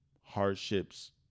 hardships